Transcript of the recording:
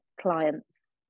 clients